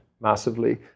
Massively